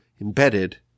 embedded